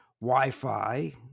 Wi-Fi